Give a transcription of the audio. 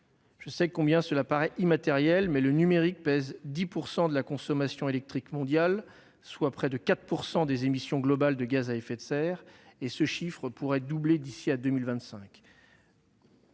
Je sais combien cela paraît immatériel, mais le numérique représente 10 % de la consommation électrique mondiale, soit près de 4 % des émissions globales de gaz à effet de serre. Pis, ce chiffre pourrait doubler d'ici à 2025.